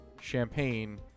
Champagne